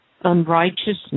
unrighteousness